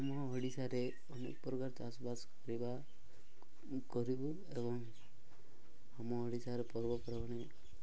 ଆମ ଓଡ଼ିଶାରେ ଅନେକ ପ୍ରକାର ଚାଷବାସ କରିବା କରିବୁ ଏବଂ ଆମ ଓଡ଼ିଶାର ପର୍ବପର୍ବାଣି